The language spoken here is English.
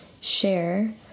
share